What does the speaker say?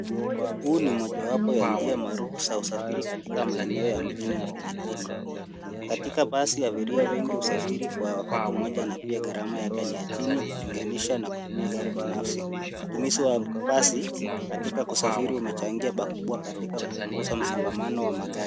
Huu ni mojawapo ya njia maarufu za usafiri katika maeneo ya mjini na vijijini. Katika basi abiria wengi husafiri kwa wakati mmoja na pia garama yake ni ya chini ukilinganisha na kutumia gari binafsi, utumizi wa basi katika kusafiri umechangia pakubwa katika kupunguza msongamano wa magari.